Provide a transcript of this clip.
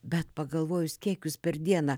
bet pagalvojus kiek jūs per dieną